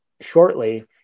shortly